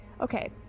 Okay